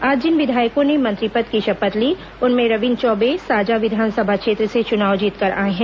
आज जिन विधायकों ने मंत्री पद की शपथ ली उनमें रविन्द्र चौबे साजा विधानसभा क्षेत्र से चुनाव जीतकर आए हैं